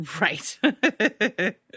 right